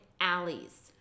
alleys